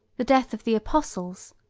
the death of the apostles,